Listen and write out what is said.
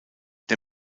der